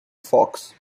fox